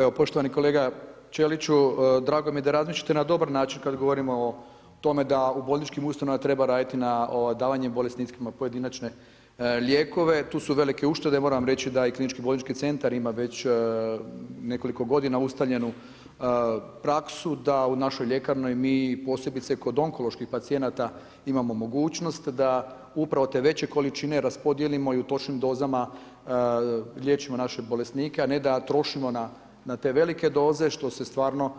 Evo poštovani kolega Ćeliću, drago mi je da razmišljate na dobar način kad govorimo o tome da u bolničkim ustanovama treba raditi davanju bolesnicima pojedinačne lijekove, tu su velike uštede, moram reći da i KBC ima već nekoliko godina ustaljenu praksu da u našoj ljekarni mi posebice kod onkoloških pacijenata imamo mogućnost da upravo te veće raspodijelimo i u točnim dozama liječimo naše bolesnike a ne da trošimo na te velike doze što se stvarno